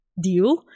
Deal